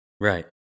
Right